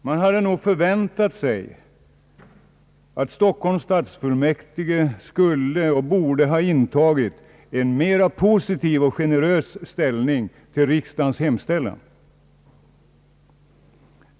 Man hade nog förväntat sig att Stockholms stadsfullmäktige skulle och borde ha intagit en mera positiv och generös hållning till riksdagens hemställan.